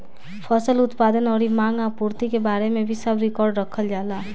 फसल उत्पादन अउरी मांग आपूर्ति के बारे में भी सब रिकार्ड रखल जाला